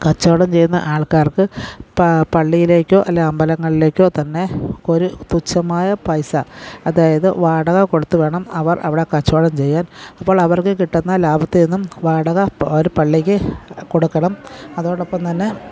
കച്ചവടം ചെയ്യുന്ന ആൾക്കാർക്ക് പള്ളിയിലേക്കോ അല്ല അമ്പലങ്ങളിലേക്കോ തന്നെ ഒരു തുച്ഛമായ പൈസ അതായത് വാടക കൊടുത്തുവേണം അവർ അവിടെ കച്ചവടം ചെയ്യാൻ അപ്പോൾ അവർക്ക് കിട്ടുന്ന ലാഭത്തിൽ നിന്നും വാടക അപ്പോൾ അവർ പള്ളിക്ക് കൊടുക്കണം അതോടൊപ്പം തന്നെ